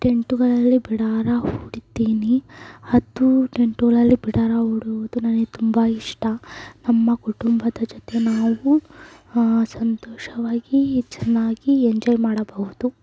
ಟೆಂಟುಗಳಲ್ಲಿ ಬಿಡಾರ ಹೂಡಿದ್ದೇನೆ ಅದು ಟೆಂಟುಗಳಲ್ಲಿ ಬಿಡಾರ ಹೂಡುವುದು ನನಗೆ ತುಂಬ ಇಷ್ಟ ನಮ್ಮ ಕುಟುಂಬದ ಜೊತೆ ನಾವು ಸಂತೋಷವಾಗಿ ಚೆನ್ನಾಗಿ ಎಂಜಾಯ್ ಮಾಡಬಹುದು